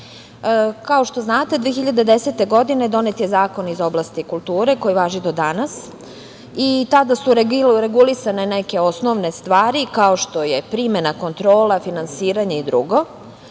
što znate, 2010. godine donet je Zakon iz oblasti kulture koji važi do danas i tada su regulisane neke osnovne stvari, kao što je primena, kontrola, finansiranje i drugo.